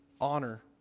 Honor